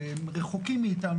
שהם רחוקים מאיתנו,